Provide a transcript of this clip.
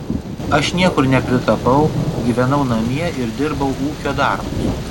aš niekur nepritapau gyvenau namie ir dirbau ūkio darbus